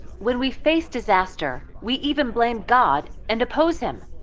when we face disaster, we even blame god and oppose him.